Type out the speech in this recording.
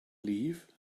leave